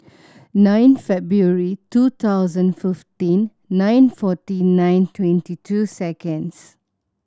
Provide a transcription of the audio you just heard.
nine February two thousand fifteen nine forty nine twenty two seconds